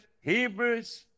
Hebrews